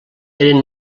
eren